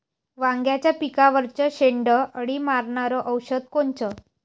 वांग्याच्या पिकावरचं शेंडे अळी मारनारं औषध कोनचं?